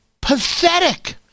pathetic